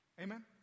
Amen